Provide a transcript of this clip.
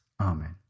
Amen